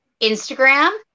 instagram